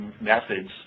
methods